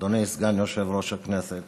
אדוני סגן יושב-ראש הכנסת